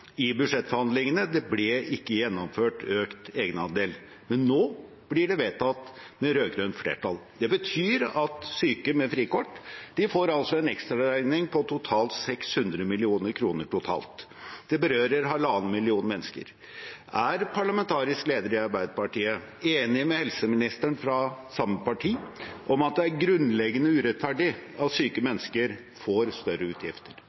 i budsjettforhandlingene. Det ble ikke gjennomført økt egenandel. Men nå blir det vedtatt – med rød-grønt flertall. Det betyr at syke med frikort får en ekstraregning på 600 mill. kr totalt. Det berører halvannen million mennesker. Er parlamentarisk leder i Arbeiderpartiet enig med helseministeren fra samme parti i at det er grunnleggende urettferdig at syke mennesker får større utgifter?